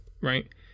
right